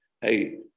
Hey